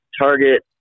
target